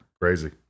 Crazy